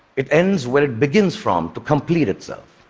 it ends where it begins from to complete itself.